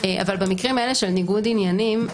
במקרים האלה של ניגוד עניינים,